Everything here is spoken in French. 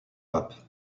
pape